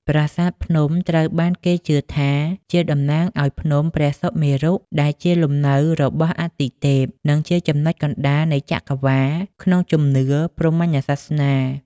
ប្រាសាទភ្នំត្រូវបានគេជឿថាជាតំណាងឱ្យ ភ្នំព្រះសុមេរុ ដែលជាលំនៅរបស់អាទិទេព និងជាចំណុចកណ្តាលនៃចក្រវាឡក្នុងជំនឿព្រហ្មញ្ញសាសនា។